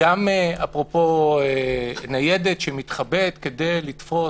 גם אפרופו ניידת שמתחבאת כדי לתפוס,